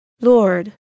Lord